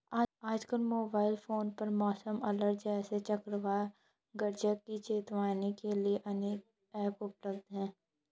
आजकल mobile phone पर मौसम अलर्ट जैसे चक्रवात गरज की चेतावनी के लिए अनेक ऐप उपलब्ध है